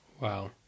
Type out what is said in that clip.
Wow